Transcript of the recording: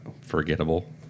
forgettable